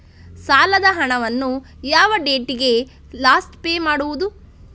ಸಾಲದ ಹಣವನ್ನು ಯಾವ ಡೇಟಿಗೆ ಲಾಸ್ಟ್ ಪೇ ಮಾಡುವುದು?